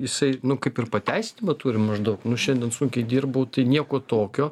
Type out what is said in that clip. jisai nu kaip ir pateisinimą turi maždaug nu šiandien sunkiai dirbau tai nieko tokio